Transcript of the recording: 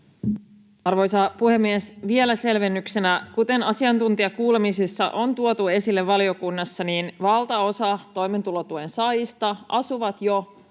Arvoisa puhemies! Vielä selvennyksenä: Kuten asiantuntijakuulemisissa on tuotu esille valiokunnassa, valtaosa toimeentulotuen saajista asuu jo